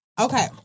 Okay